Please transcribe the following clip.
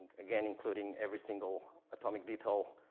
again, including every single atomic detail,